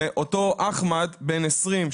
שאותו אחמד בן 20,